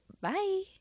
Bye